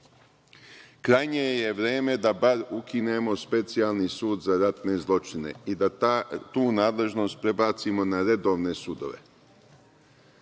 Krajnje je vreme da bar ukinemo Specijalni sud za ratne zločine i da tu nadležnost prebacimo na redovne sudove.